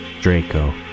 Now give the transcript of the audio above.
Draco